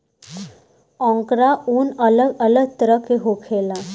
angora ऊन अलग तरह के होखेला